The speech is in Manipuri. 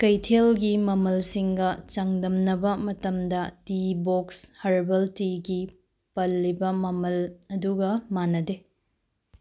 ꯀꯩꯊꯦꯜꯒꯤ ꯃꯃꯜꯁꯤꯡꯒ ꯆꯥꯡꯗꯝꯅꯕ ꯃꯇꯝꯗ ꯇꯤ ꯕꯣꯛꯁ ꯍꯔꯕꯦꯜ ꯇꯤꯒꯤ ꯄꯜꯂꯤꯕ ꯃꯃꯜ ꯑꯗꯨꯒ ꯃꯥꯟꯅꯗꯦ